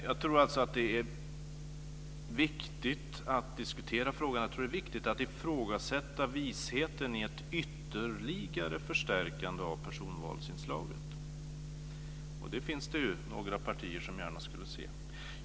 Jag tror att det är viktigt att diskutera frågan och att ifrågasätta visheten i ett ytterligare förstärkande av personvalsinslaget. Det finns ju några partier som gärna skulle se något sådant.